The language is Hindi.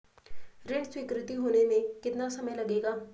ऋण स्वीकृति होने में कितना समय लगेगा?